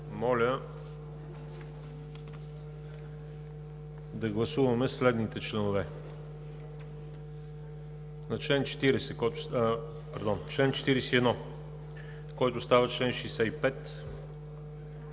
Моля да гласуваме следните членове: член 41, който става чл. 65,